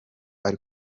ari